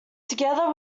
together